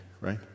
right